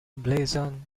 blazon